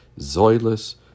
Zoilus